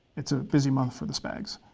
it's a busy month for the spag's.